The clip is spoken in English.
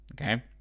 okay